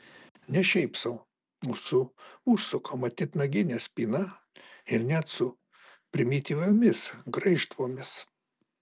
ne šiaip sau o su užsukama titnagine spyna ir net su primityviomis graižtvomis